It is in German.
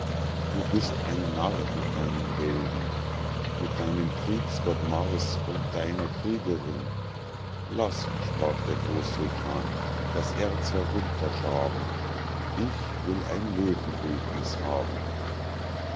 du bist ein narr mit deinen helden mit deinem kriegsgott mars und deiner kriegerin laß sprach der großsultan das erz herunter schaben ich will ein löwenbildniß haben